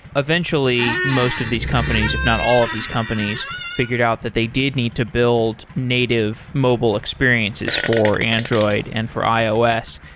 eventually, most of these companies, if not all of these companies, figured out that they didn't need to build native mobile experiences for android and for ios,